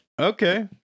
Okay